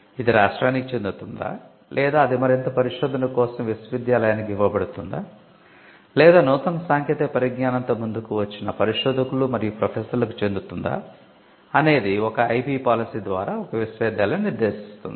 ఇది రాష్ట్రానికి చెందుతుందా లేదా అది మరింత పరిశోధన కోసం విశ్వవిద్యాలయానికి ఇవ్వబడుతుందా లేదా నూతన సాంకేతిక పరిజ్ఞానంతో ముందుకు వచ్చిన పరిశోధకులు మరియు ప్రొఫెసర్లకు చెండుతుందా అనేది ఒక ఐపి పాలసీ ద్వారా ఒక విశ్వవిద్యాలయo నిర్దేశిస్తుంది